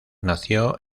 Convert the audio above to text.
nació